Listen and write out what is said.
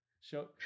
Show